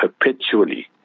perpetually